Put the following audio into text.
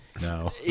No